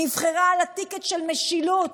שנבחרה על הטיקט של משילות